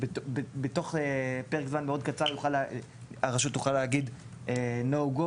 בתוך פרק זמן מאוד קצר הרשות תוכל להגיד no go